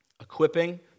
equipping